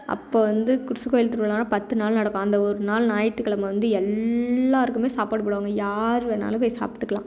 அப்போ வந்து குருசு கோவில் திருவிழான்னா பத்து நாள் நடக்கும் அந்த ஒரு நாள் ஞாயிற்றுக்கெலம வந்து எல்லோருக்குமே சாப்பாடு போடுவாங்க யார் வேணாலும் போய் சாப்பிட்டுக்கலாம்